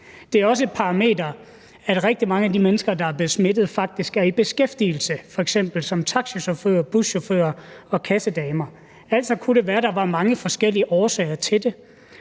Det er også et parameter, at rigtig mange af de mennesker, der er blevet smittet, faktisk er i beskæftigelse, f.eks. som taxichauffører, buschauffører og kassedamer; altså kunne det være, at der er mange forskellige årsager til det.